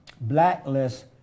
blacklist